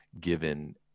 given